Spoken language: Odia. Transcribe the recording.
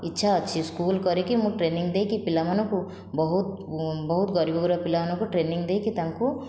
ଇଚ୍ଛା ଅଛି ସ୍କୁଲ କରିକି ମୁଁ ଟ୍ରେନିଂ ଦେଇକି ପିଲାମାନଙ୍କୁ ବହୁତ ବହୁତ ଗରିବ ଗୁରୁବା ପିଲାମାନଙ୍କୁ ଟ୍ରେନିଂ ଦେଇକି ତାଙ୍କୁ